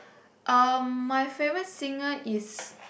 um my favourite singer is